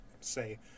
say